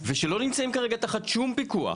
ושלא נמצאים כרגע תחת שום פיקוח,